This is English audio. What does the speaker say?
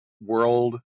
world